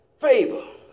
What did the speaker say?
favor